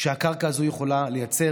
שהקרקע הזו יכולה לייצר.